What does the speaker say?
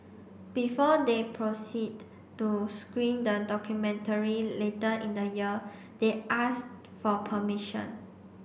before they proceed to screen the documentary later in the year they asked for permission